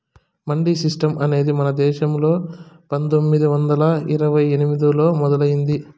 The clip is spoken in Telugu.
మండీ సిస్టం అనేది మన దేశంలో పందొమ్మిది వందల ఇరవై ఎనిమిదిలో మొదలయ్యింది